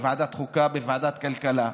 בוועדת חוקה ובוועדת כלכלה,